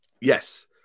Yes